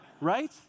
Right